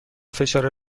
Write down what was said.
فشار